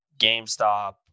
GameStop